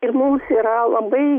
ir mums yra labai